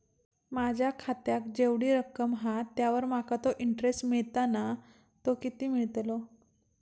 माझ्या खात्यात जेवढी रक्कम हा त्यावर माका तो इंटरेस्ट मिळता ना तो किती मिळतलो?